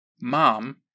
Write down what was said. Mom